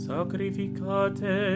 Sacrificate